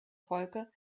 folge